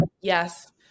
Yes